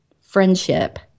friendship